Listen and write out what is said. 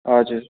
हजुर